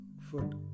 food